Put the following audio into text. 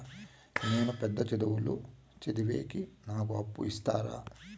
నేను పెద్ద చదువులు చదివేకి నాకు అప్పు ఇస్తారా